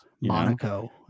Monaco